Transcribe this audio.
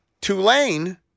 Tulane